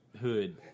hood